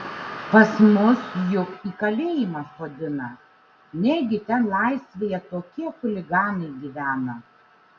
pas mus juk į kalėjimą sodina negi ten laisvėje tokie chuliganai gyvena